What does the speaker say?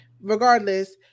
regardless